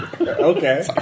Okay